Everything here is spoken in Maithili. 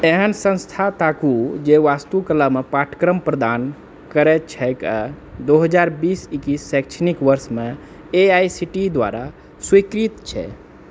एहन संस्थान ताकू जे वास्तुकला मे पाठ्यक्रम प्रदान करैत छैक आ दो हजार बीस एकैस शैक्षणिक वर्षमे A I C T E द्वारा स्वीकृत छै